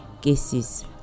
cases